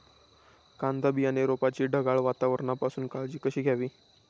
कांदा बियाणे रोपाची ढगाळ वातावरणापासून काळजी कशी घ्यावी?